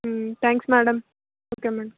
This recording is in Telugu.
hmm thanks madam okay ma'am